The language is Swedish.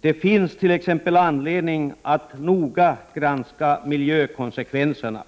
Det finns t.ex. anledning att noga granska miljökonsekvenserna.